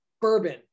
bourbon